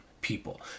people